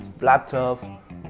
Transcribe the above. laptop